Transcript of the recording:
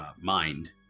mind